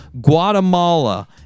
Guatemala